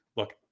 Look